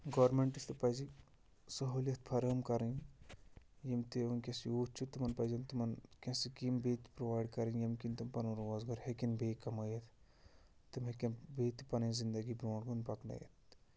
گورمٮ۪نٛٹَس تہِ پَزِ سہوٗلِیَت فرٲم کَرٕنۍ یِم تہِ وٕنۍکٮ۪س یوٗتھ چھُ تِمَن پَزَن تِمَن کیٚنٛہہ سِکیٖم بیٚیہِ تہِ پرٛووایِڈ کَرٕنۍ ییٚمۍ کِنہِ تِم پَنُن روزگار ہیٚکَن بیٚیہِ کَمٲیِتھ تِم ہیٚکَن بیٚیہِ تہِ پَنٕنۍ زندگی برٛونٛٹھ کُن پَکنٲیِتھ